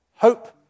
Hope